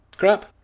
Crap